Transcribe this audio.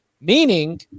meaning